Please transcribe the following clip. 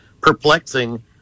perplexing